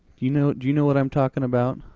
you know do you know what i'm talking about?